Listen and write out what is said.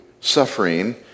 suffering